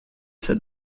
said